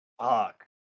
Fuck